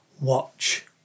watch